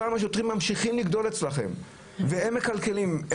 אותם השוטרים ממשיכים לגדול אצלכם והם מקלקלים,